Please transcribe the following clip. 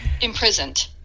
imprisoned